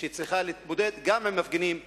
שצריכה להתמודד גם עם מפגינים ומוחים.